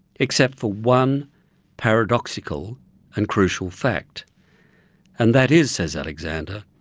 except for one paradoxical and crucial fact and that is, says alexander,